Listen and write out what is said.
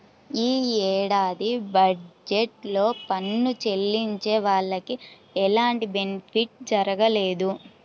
యీ ఏడాది బడ్జెట్ లో పన్ను చెల్లించే వాళ్లకి ఎలాంటి బెనిఫిట్ జరగలేదు